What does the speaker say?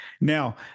Now